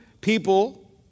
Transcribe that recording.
people